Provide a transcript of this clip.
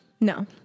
No